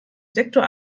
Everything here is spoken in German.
sektor